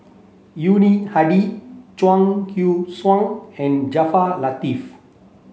Yuni Hadi Chuang Hui Tsuan and Jaafar Latiff